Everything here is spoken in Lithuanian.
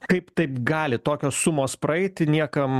kaip taip gali tokios sumos praeiti niekam